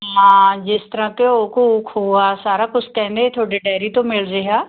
ਹਾਂ ਜਿਸ ਤਰ੍ਹਾਂ ਘਿਓ ਘੂ ਖੋਆ ਸਾਰਾ ਕੁਛ ਕਹਿੰਦੇ ਤੁਹਾਡੇ ਡਾਇਰੀ ਤੋਂ ਮਿਲ ਰਿਹਾ